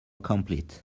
complete